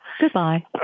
Goodbye